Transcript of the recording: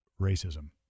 racism